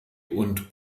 und